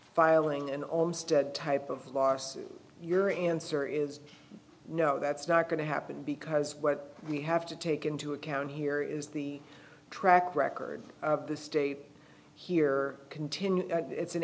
filing an almost dead type of loss your answer is no that's not going to happen because what we have to take into account here is the track record of the state here continue it's an